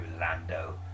Lando